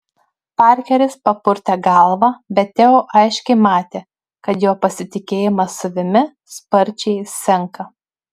parkeris papurtė galvą bet teo aiškiai matė kad jo pasitikėjimas savimi sparčiai senka